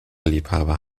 liebhaber